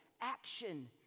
action